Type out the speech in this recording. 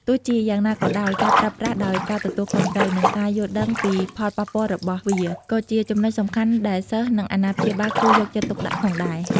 ទោះជាយ៉ាងណាក៏ដោយ ការប្រើប្រាស់ដោយការទទួលខុសត្រូវ និងការយល់ដឹងពីផលប៉ះពាល់របស់វា ក៏ជាចំណុចសំខាន់ដែលសិស្ស និងអាណាព្យាបាលគួរយកចិត្តទុកដាក់ផងដែរ។